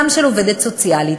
גם של עובדת סוציאלית,